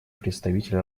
представитель